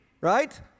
Right